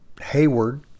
Hayward